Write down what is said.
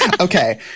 Okay